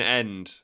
end